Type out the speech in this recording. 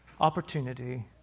opportunity